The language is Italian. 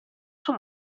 suo